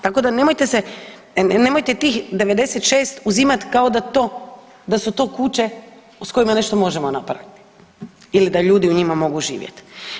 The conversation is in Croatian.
Tako da, nemojte se, nemojte tih 96 uzimati kao da to, da su to kuće s kojima nešto možemo napraviti ili da ljudi u njima mogu živjeti.